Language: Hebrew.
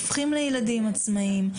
הם הופכים לילדים עצמאיים,